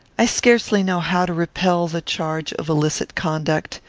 i scarcely know how to repel the charge of illicit conduct,